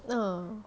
uh